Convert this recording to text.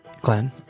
Glenn